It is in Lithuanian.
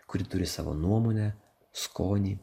kuri turi savo nuomonę skonį